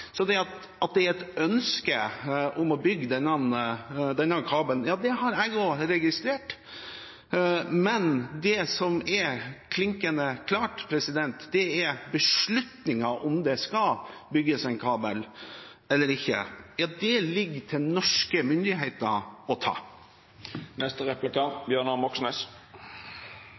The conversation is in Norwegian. At det er et ønske om å bygge denne kabelen, ja, det har jeg også registrert, men det som er klinkende klart, er at beslutningen om det skal bygges en kabel eller ikke, ligger til norske myndigheter å ta.